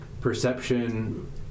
perception